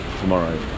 tomorrow